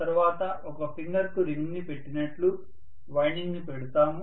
తర్వాత ఒక ఫింగర్ కు రింగ్ ని పెట్టినట్లు వైండింగ్ ని పెడుతాము